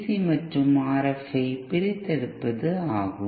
C மற்றும் RFஐ பிரித்தெடுப்பது ஆகும்